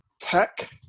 Tech